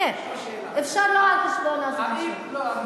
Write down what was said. כן, לא על חשבון הזמן שלי.